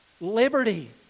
Liberty